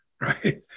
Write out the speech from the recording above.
Right